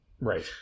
Right